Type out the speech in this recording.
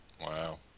Wow